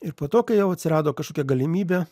ir po to kai jau atsirado kažkokia galimybė